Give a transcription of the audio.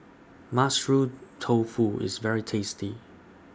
Mushroom Tofu IS very tasty